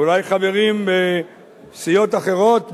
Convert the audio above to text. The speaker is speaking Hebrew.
אולי חברים בסיעות אחרות,